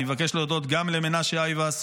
אני מבקש להודות גם למנשה אייבס,